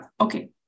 Okay